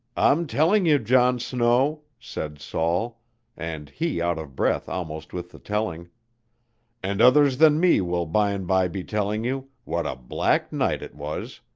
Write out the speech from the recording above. i'm telling you, john snow, said saul and he out of breath almost with the telling and others than me will by an' by be telling you, what a black night it was,